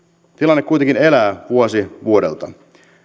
tilanne kuitenkin elää vuosi vuodelta